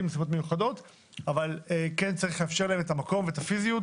ולנסיבות מיוחדות אבל כן צריך לאפשר להם את המקום ואת הפיזיות